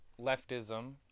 leftism